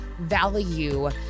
value